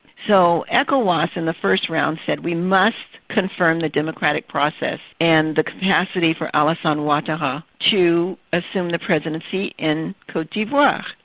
so ecowas in the first round said, we must confirm the democratic process and the capacity for alassane outtarra um ah to assume the presidency in cote d'ivoire.